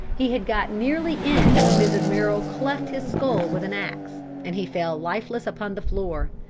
he had got nearly in when mrs. merrill cleft his skull with an ax, and he fell lifeless upon the floor.